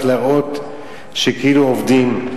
רק להראות שכאילו עובדים.